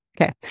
Okay